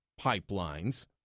pipelines